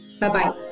Bye-bye